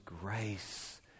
grace